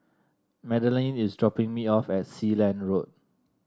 Madeleine is dropping me off at Sealand Road